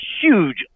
huge